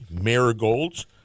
marigolds